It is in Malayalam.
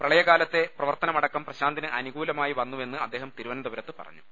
പ്രളയകാലത്തെ പ്രവർത്തനമടക്കം പ്രശാന്തിന് അനുകൂലമായി വന്നുവെന്ന് അദ്ദേഹം തിരുവനന്തപുരത്ത് പറഞ്ഞു